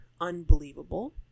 unbelievable